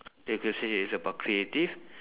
they could say it's about creative